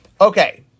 Okay